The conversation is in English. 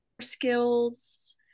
skills